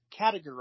categorize